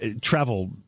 travel